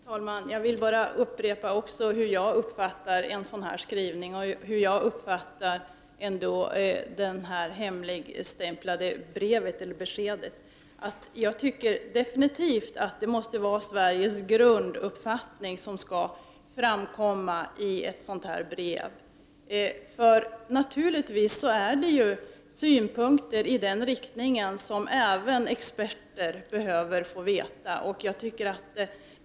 Herr talman! Jag vill bara upprepa hur jag uppfattar en sådan här skrivning och hur jag uppfattar det hemligstämplade beskedet. Jag tycker bestämt att det är Sveriges grunduppfattning som skall framgå av ett sådant här brev. Naturligtvis är det synpunkter i den riktningen som även experter bör få del av.